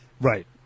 Right